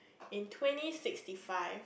in twenty sixty five